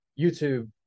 YouTube